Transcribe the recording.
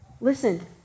Listen